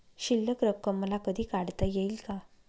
शिल्लक रक्कम मला कधी काढता येईल का?